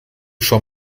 schon